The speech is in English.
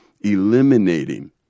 eliminating